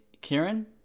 Kieran